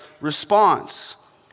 response